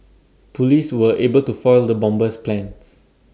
Police were able to foil the bomber's plans